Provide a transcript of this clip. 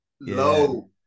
low